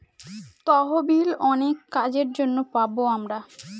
তহবিল অনেক কাজের জন্য পাবো আমরা